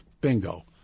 Bingo